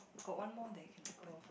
got one more there can open